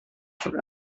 for